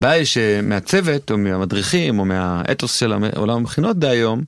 הבעיה היא שמהצוות, או מהמדריכים, או מהאתוס של ה עולם המכינות דהיום